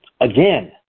Again